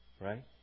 Right